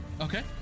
Okay